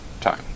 time